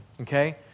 okay